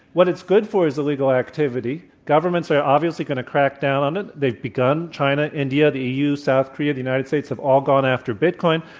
what it's good for is illegal activity. governments are obviously going to crack down on it. they've begun china, india, the e. u, south korea, the united states have all gone after bitcoin.